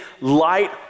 light